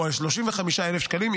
או על 35,000 שקלים,